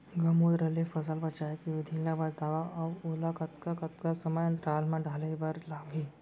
गौमूत्र ले फसल बचाए के विधि ला बतावव अऊ ओला कतका कतका समय अंतराल मा डाले बर लागही?